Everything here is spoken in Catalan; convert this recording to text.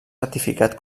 ratificat